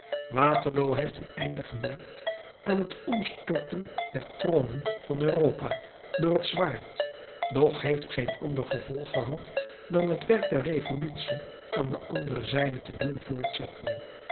waterloo heeft een einde gemaakt aan het omstorten der tronen van europa door het zwaard doch heeft geen ander gevolg gehad dan het werk der revolutie aan de andere zijde te doen voortzetten